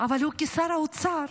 אבל הוא, כשר האוצר,